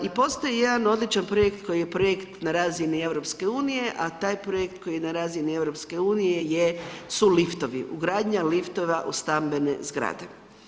I postoji jedan odličan projekt koji je projekt na razini EU, a taj projekt koji je na razini EU su liftovi, ugradnja liftova u stambene zgrade.